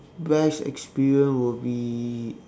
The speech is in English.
best experience will be